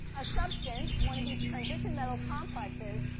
a substance, one of these transition metal complexes,